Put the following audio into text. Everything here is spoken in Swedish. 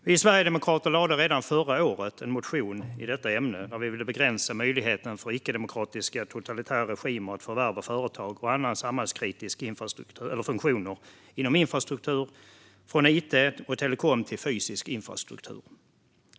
Vi sverigedemokrater lade redan förra året fram en motion i detta ämne, där vi ville begränsa möjligheten för icke-demokratiska, totalitära regimer att förvärva företag och andra samhällskritiska funktioner inom infrastruktur, från it och telekom till fysisk infrastruktur.